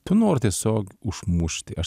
tu nori tiesiog užmušti aš